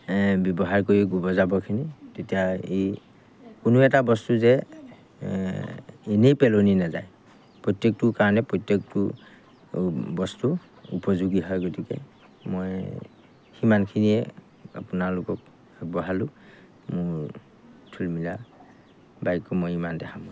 ব্যৱহাৰ কৰি গোবৰ জাবৰখিনি তেতিয়া এই কোনো এটা বস্তু যে ইনেই পেলনি নাযায় প্ৰত্যেকটোৰ কাৰণে প্ৰত্যেকটো বস্তু উপযোগী হয় গতিকে মই সিমানখিনিয়ে আপোনালোকক আগবঢ়ালোঁ মোৰ থূলমূল বাক্য মই ইমানতে সামৰণি মাৰিলোঁ